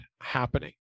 happening